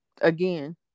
Again